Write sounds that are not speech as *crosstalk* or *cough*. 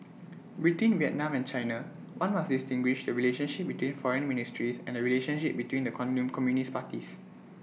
between Vietnam and China one must distinguish the relationship between foreign ministries and the relationship between the *unintelligible* communist parties